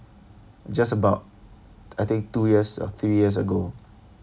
just about I think two years or three years ago